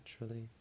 naturally